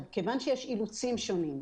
כיוון שיש אילוצים שונים,